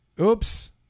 Oops